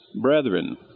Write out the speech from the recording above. brethren